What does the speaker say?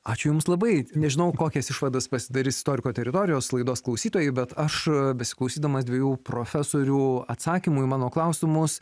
ačiū jums labai nežinau kokias išvadas pasidarys istoriko teritorijos laidos klausytojai bet aš besiklausydamas dviejų profesorių atsakymų į mano klausimus